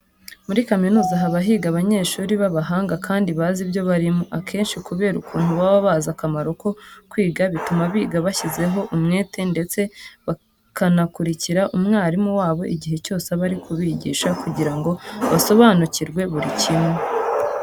Muri kaminuza haba higa abanyeshuri b'abahanga kandi bazi ibyo barimo. Akenshi kubera ukuntu baba bazi akamaro ko kwiga, bituma biga bashyizeho umwete ndetse bakanakurikira umwarimu wabo igihe cyose aba ari kubigisha kugira ngo basobanukirwe buri kimwe.